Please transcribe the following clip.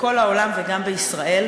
בכל העולם וגם בישראל,